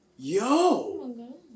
Yo